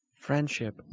friendship